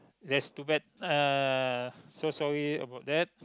that's too bad uh so sorry about that